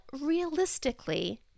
realistically